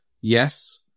Yes